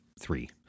three